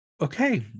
Okay